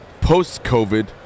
Post-COVID